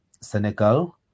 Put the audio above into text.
Senegal